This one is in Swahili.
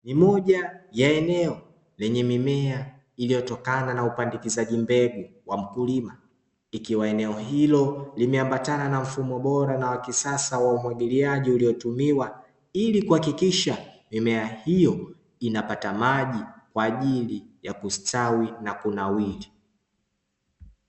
Ni moja ya eneo lenye mimea iliyotokana na upandikizaji mbegu wa mkulima, ikiwa eneo hilo limeambatana na mfumo bora na wa kisasa wa umwagiliaji uliotumiwa, ili kuhakikisha nimea hiyo inapata maji kwa ajili ya kustawi na kunawiri.